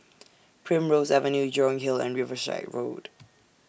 Primrose Avenue Jurong Hill and Riverside Road